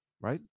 right